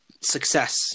success